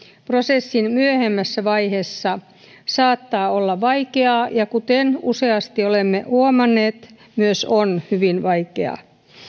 prosessin myöhemmässä vaiheessa saattaa olla vaikeaa ja kuten useasti olemme huomanneet myös on hyvin vaikeaa